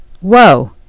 Whoa